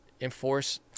enforce